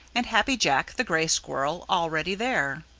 and happy jack the gray squirrel, already there.